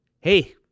hey